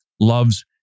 loves